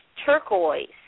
turquoise